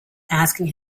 asking